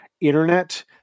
Internet